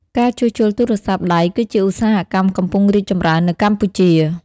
ការជួសជុលទូរស័ព្ទដៃគឺជាឧស្សាហកម្មកំពុងរីកចម្រើននៅកម្ពុជា។